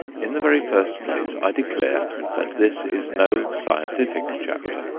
in the very first place, i declare that this is no scientific chapter.